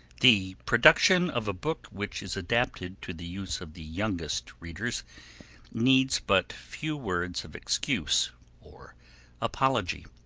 the production of a book which is adapted to the use of the youngest readers needs but few words of excuse or apology.